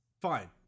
Fine